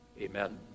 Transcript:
amen